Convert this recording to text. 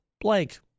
blank